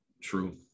true